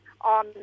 on